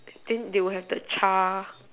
and they will have the char~